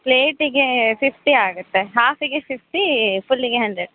ಪ್ಲೇಟಿಗೆ ಫಿಫ್ಟಿ ಆಗುತ್ತೆ ಹಾಫಿಗೆ ಫಿಫ್ಟಿ ಫುಲ್ಲಿಗೆ ಹಂಡ್ರೆಡ್